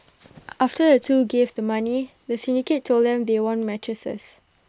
after the two gave the money the syndicate told them they won mattresses